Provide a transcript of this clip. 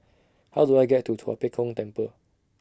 How Do I get to Tua Pek Kong Temple